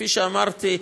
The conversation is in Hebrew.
כפי שאמרתי,